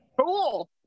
cool